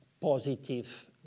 positive